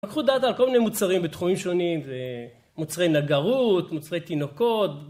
לקחו דאטה על כל מיני מוצרים בתחומים שונים, מוצרי נגרות, מוצרי תינוקות.